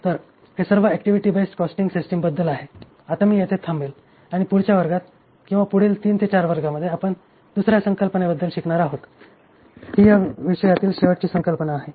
तर हे सर्व ऍक्टिव्हिटी बेस्ड कॉस्टिंग सिस्टिमबद्दल आहे आता मी येथे थांबेन आणि पुढच्या वर्गात किंवा पुढील 3 किंवा 4 वर्गांमध्ये आपण दुसर्या संकल्पानेबद्दल शिकणार आहोत ही या विषयातील शेवटची संकल्पना आहे